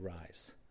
rise